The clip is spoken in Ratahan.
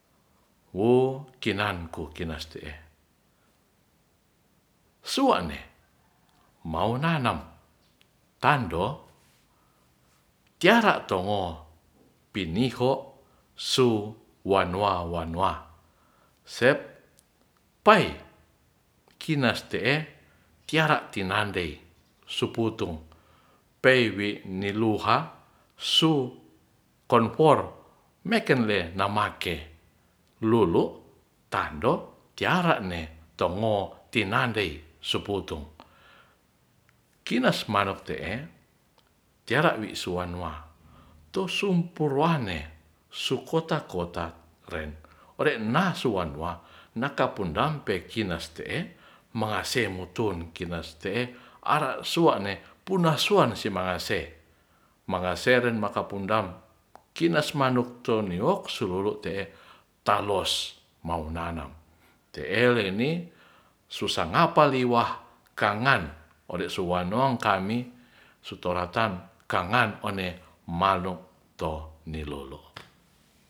Wo kinan ku kinas te'e sua'ne maunanam tando tiara tongo piniho su wanua-wanua set pai kinas te'e tiara tinandei su putung pewi nu luha suu konfor meken le namake lolo tando tiara ne tongo tinandei sopotong kinas manuk te'e tiara wi suwanua tusu purane su kotak-kotak ren ore na suwanua nakapundang pe kinas te'e mangase mutun kinas te'e ara sua'ne puna suan si mangase mangaseren maka pundam kinas manuk toneok sululute'e talos maunanam te'e leni susangapa liwah kangan ore suwanong kami su toratan kangan one manuk to nilolo